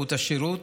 ובאיכות השירות,